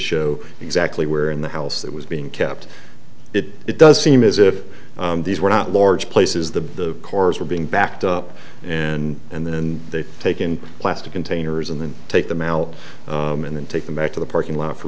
show exactly where in the house that was being kept it does seem as if these were not large places the cars were being backed up and and then they'd taken plastic containers and then take them out and then take them back to the parking lot for